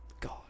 god